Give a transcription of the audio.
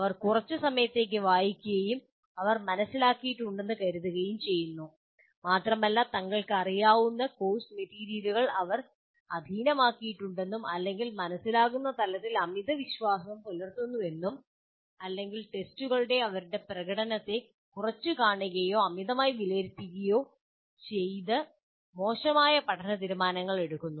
അവർ കുറച്ച് സമയത്തേക്ക് വായിക്കുകയും അവർ മനസ്സിലാക്കിയിട്ടുണ്ടെന്ന് കരുതുകയും ചെയ്യുന്നു മാത്രമല്ല തങ്ങൾക്കറിയാവുന്ന കോഴ്സ് മെറ്റീരിയലുകൾ അവർ അധീനമാക്കിയിട്ടുണ്ടെന്നും അല്ലെങ്കിൽ മനസിലാക്കുന്ന തലത്തിൽ അമിത ആത്മവിശ്വാസം പുലർത്തുന്നുവെന്നും അല്ലെങ്കിൽ ടെസ്റ്റുകളിലെ അവരുടെ പ്രകടനത്തെ കുറച്ചുകാണുകയോ അമിതമായി വിലയിരുത്തുകയും ചെയ്യത് മോശമായ പഠന തീരുമാനങ്ങൾ എടുക്കുന്നു